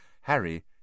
Harry